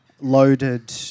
loaded